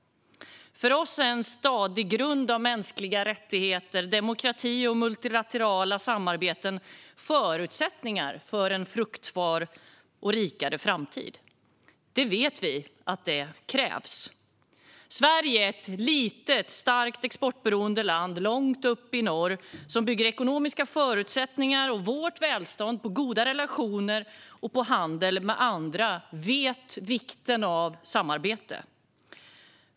För oss är en stadig grund av mänskliga rättigheter, demokrati och multilaterala samarbeten förutsättningar för en fruktbar och rikare framtid. Vi vet att detta krävs. Sverige är ett litet, starkt exportberoende land långt upp i norr som bygger ekonomiska förutsättningar och välstånd på goda relationer och handel med andra. Vi vet vikten av samarbete.